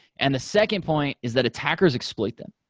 and the second point is that attackers exploit them.